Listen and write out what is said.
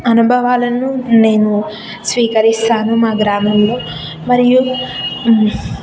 అనుభవాలను నేను స్వీకరిస్తాను మా గ్రామంలో మరియు